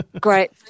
Great